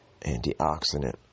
antioxidant